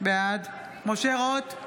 בעד משה רוט,